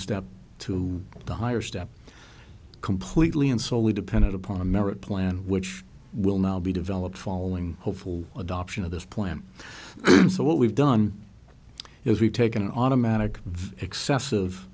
step to the higher step completely and soley dependent upon a merit plan which will now be developed following hopeful adoption of this plan so what we've done is we've taken an automatic excessive